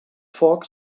foc